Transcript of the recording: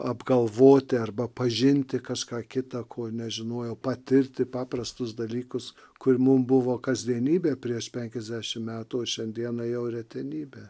apgalvoti arba pažinti kažką kita ko nežinojo patirti paprastus dalykus kur mums buvo kasdienybė prieš penkiasdešimt metų šiandieną jau retenybė